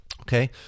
Okay